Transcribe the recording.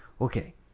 okay